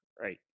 Right